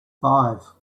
five